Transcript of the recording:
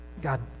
God